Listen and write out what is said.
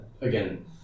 again